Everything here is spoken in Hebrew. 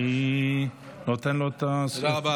אני נותן לו את הזכות.